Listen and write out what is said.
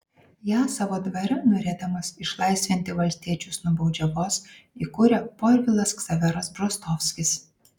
ją savo dvare norėdamas išlaisvinti valstiečius nuo baudžiavos įkūrė povilas ksaveras bžostovskis